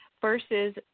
versus